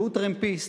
והוא טרמפיסט.